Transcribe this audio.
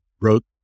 wrote